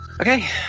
Okay